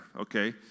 Okay